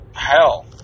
Hell